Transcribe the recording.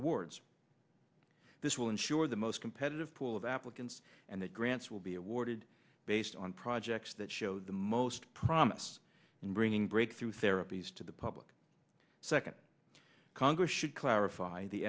awards this will ensure the most competitive pool of applicants and that grants will be awarded based on projects that show the most promise in bringing breakthrough therapies to the public second congress should clarify the